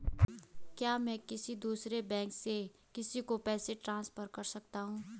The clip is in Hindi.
क्या मैं किसी दूसरे बैंक से किसी को पैसे ट्रांसफर कर सकता हूँ?